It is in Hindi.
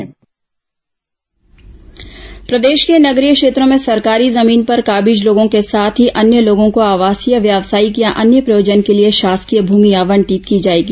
नगरीय निकाय जमीन आवंटन प्रदेश के नगरीय क्षेत्रों में सरकारी जमीन पर काबिज लोगों के साथ ही अन्य लोगों को आवासीय व्यावसाथिक या अन्य प्रयोजन के लिए शासकीय भूमि आवंटित की जाएगी